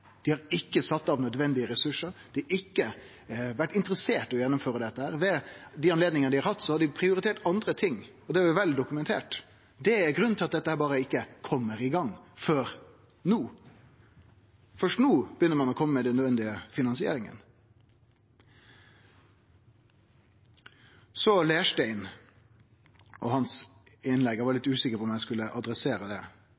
Dei har ikkje sett av nødvendige ressursar, dei har ikkje vore interesserte i å gjennomføre dette. Ved dei anledningane dei har hatt, har dei prioritert andre ting. Det er vel dokumentert. Det er grunnen til at dette ikkje kjem i gang før no. Først no begynner ein å kome med den nødvendige finansieringa. Så til representanten Leirstein og innlegget hans – eg var litt usikker på om eg skulle ta fatt i det.